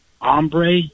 Ombre